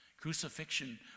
Crucifixion